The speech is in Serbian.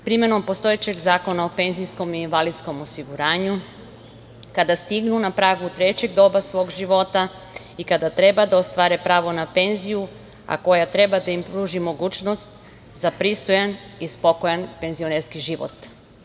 Primenom postojećeg zakona o PIO kada stignu na pragu trećeg doba svog života i kada treba da ostvare pravo na penziju a koja treba da im pruži mogućnost za pristojan i spokojan penzionerski život.